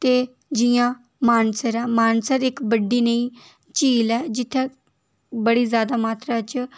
ते जि'यां मानसर ऐ मानसर इक्क बड्डी नेही झील ऐ जित्थें बड़ी ज्यादा मात्तरा च